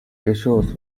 issues